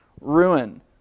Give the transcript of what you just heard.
ruin